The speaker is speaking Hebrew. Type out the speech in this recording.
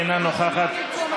אינה נוכחת.